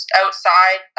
outside